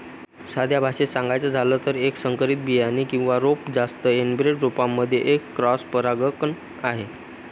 साध्या भाषेत सांगायचं झालं तर, एक संकरित बियाणे किंवा रोप जास्त एनब्रेड रोपांमध्ये एक क्रॉस परागकण आहे